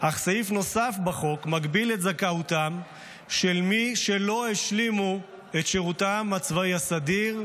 אך סעיף נוסף בחוק מגביל את זכאותם של מי שלא השלימו את שירותם הסדיר,